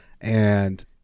And-